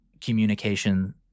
communication